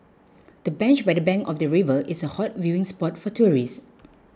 the bench by the bank of the river is a hot viewing spot for tourists